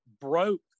broke